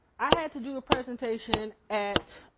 i had to do a presentation at